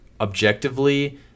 objectively